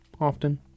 often